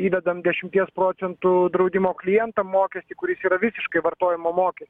įvedam dešimties procentų draudimo klientam mokestį kuris yra visiškai vartojimo mokės